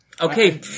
okay